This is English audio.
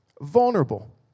vulnerable